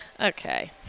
Okay